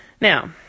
Now